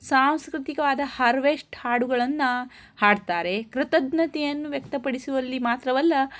ಸಾಂಸ್ಕೃತಿಕವಾದ harvest ಹಾಡುಗಳನ್ನು ಹಾಡ್ತಾರೆ ಕೃತಜ್ಞತೆಯನ್ನು ವ್ಯಕ್ತಪಡಿಸುವಲ್ಲಿ ಮಾತ್ರವಲ್ಲ